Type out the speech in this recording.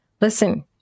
Listen